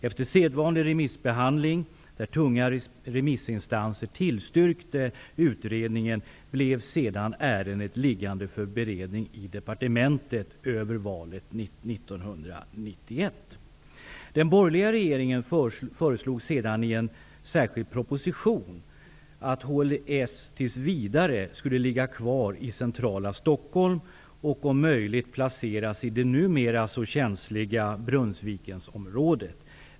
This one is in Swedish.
Efter sedvanlig remissbehandling, där tunga remissinstanser tillstyrkte utredningen, blev ärendet liggande för beredning i departementet över valet 1991. Den borgerliga regeringen föreslog sedan i en särskild proposition att HLS tills vidare skulle ligga kvar i centrala Stockholm och om möjligt placeras i det numera så känsliga Brunnsvikenområdet.